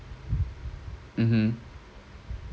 mmhmm